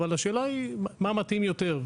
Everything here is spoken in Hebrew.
אבל השאלה היא מה מתאים יותר.